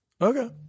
okay